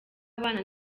abana